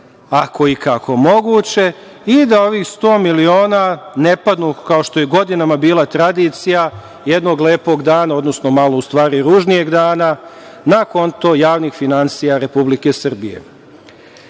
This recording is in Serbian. ako je ikako moguće, i da ovih 100 miliona ne padnu, kao što je godinama bila tradicija, jednog lepog dana, odnosno malo u stvari ružnijeg dana, na konto javnih finansija Republike Srbije. Takođe,